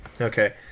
okay